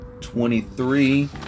twenty-three